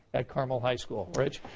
at carmel high school. rich.